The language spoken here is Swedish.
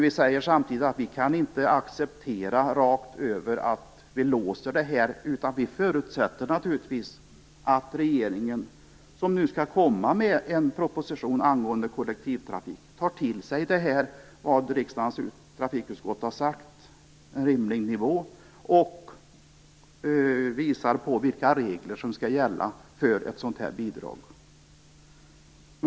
Vi säger samtidigt att vi inte kan acceptera rakt över att vi låser det hela. Vi förutsätter naturligtvis att regeringen, som skall komma med en proposition om kollektivtrafik, tar till sig vad riksdagens trafikutskott har sagt om en rimlig nivå och visar på vilka regler som skall gälla för ett sådant bidrag.